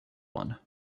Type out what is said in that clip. one